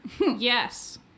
Yes